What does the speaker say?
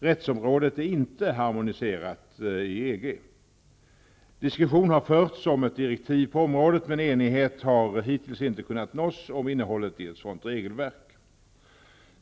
Rättsområdet är inte harmoniserat i EG. Diskussion har förts om ett direktiv på området, men enighet har hittills inte kunnat nås om innehållet i ett sådant regelverk.